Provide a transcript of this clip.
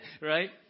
Right